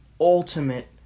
ultimate